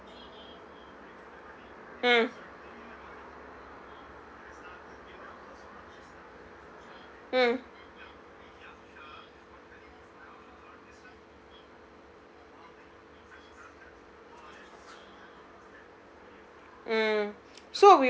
mm mm mm